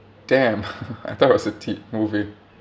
damn I thought it was a t~ movie